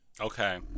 Okay